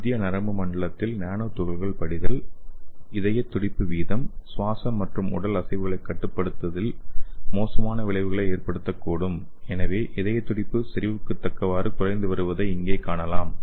மத்திய நரம்பு மண்டலத்தில் நானோ துகள்கள் படிதல் இருதய துடிப்பு வீதம் சுவாசம் மற்றும் உடல் அசைவுகளைக் கட்டுப்படுத்துவதில் மோசமான விளைவுகளை ஏற்படுத்தக்கூடும் எனவே இதய துடிப்பு செறிவுக்கு தக்கவாறு குறைந்து வருவதை இங்கே காணலாம்